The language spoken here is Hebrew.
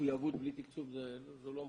מחויבות בלי תקצוב זו לא מחויבות.